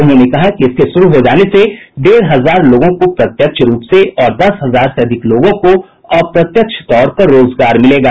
उन्होंने कहा कि इसके शुरू हो जाने से डेढ़ हजार लोगों को प्रत्यक्ष रूप से और दस हजार से अधिक लोगों को अप्रत्यक्ष तौर पर रोजगार मिलेगा